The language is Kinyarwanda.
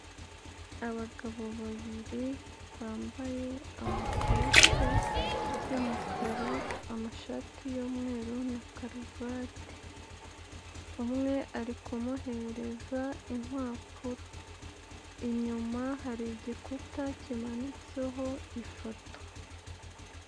Abagabo babiri bambaye amakote y'umukara, amashati y'umweru na karuvati. Umwe ari kumuhereza impapuro, inyuma hari igikuta kimanitseho ifoto.